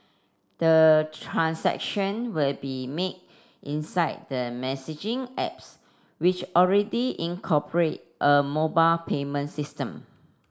the transaction will be made inside the messaging apps which already incorporate a mobile payment system